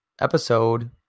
episode